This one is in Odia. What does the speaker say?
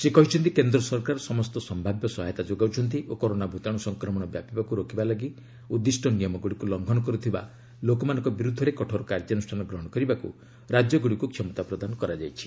ସେ କହିଛନ୍ତି କେନ୍ଦ୍ର ସରକାର ସମସ୍ତ ସମ୍ଭାବ୍ୟ ସହାୟତା ଯୋଗାଉଛନ୍ତି ଓ କରୋନା ଭୂତାଶୁ ସଂକ୍ରମଣ ବ୍ୟାପିବାକୁ ରୋକିବା ପାଇଁ ଉଦ୍ଦିଷ୍ଟ ନିୟମଗୁଡ଼ିକୁ ଲଙ୍ଘନ କରୁଥିବା ଲୋକମାନଙ୍କ ବିରୁଦ୍ଧରେ କଠୋର କାର୍ଯ୍ୟାନୁଷ୍ଠାନ ଗ୍ରହଣ କରିବାକୁ ରାଜ୍ୟଗୁଡ଼ିକୁ କ୍ଷମତା ପ୍ରଦାନ କରାଯାଇଛି